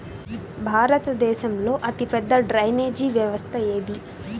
భారతదేశంలో అతిపెద్ద డ్రైనేజీ వ్యవస్థ ఏది?